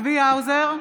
צבי האוזר,